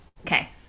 Okay